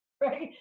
right?